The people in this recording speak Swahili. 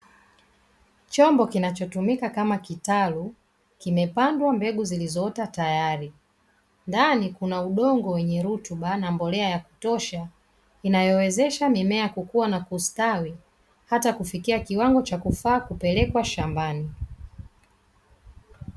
Chombo kinachotumika kama kitalu, kimepandwa mbegu zilizoota tayari. Ndani kuna udongo wenye rutuba na mbolea ya kutosha inayowezesha mimea kukua na kustawi hata kufikia kiwango cha kufaa kupelekwa shambani.